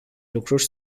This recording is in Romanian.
lucruri